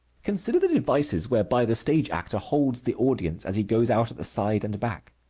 consider the devices whereby the stage actor holds the audience as he goes out at the side and back.